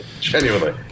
Genuinely